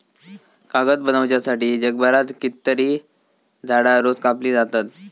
कागद बनवच्यासाठी जगभरात कितकीतरी झाडां रोज कापली जातत